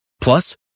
Plus